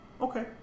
okay